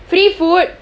free food